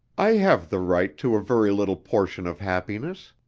i have the right to a very little portion of happiness.